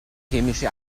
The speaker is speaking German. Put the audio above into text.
chemische